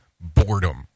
Boredom